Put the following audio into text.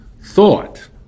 thought